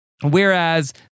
Whereas